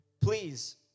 please